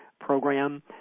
program